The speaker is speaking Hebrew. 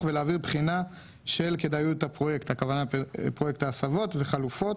ולהעביר בחינה של כדאיות פרויקט ההסבות וחלופות,